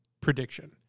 prediction